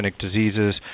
diseases